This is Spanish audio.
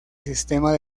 sistemas